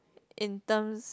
in terms